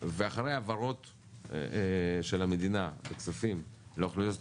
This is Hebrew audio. ואחרי העברות כספים של המדינה לאוכלוסיות